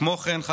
כמו כן,